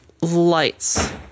lights